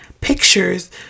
pictures